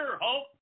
hope